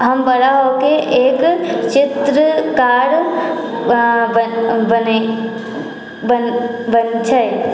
हम बड़ा होकर एक चित्रकार बनबै छै